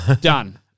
Done